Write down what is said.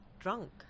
drunk